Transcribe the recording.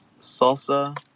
salsa